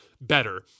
better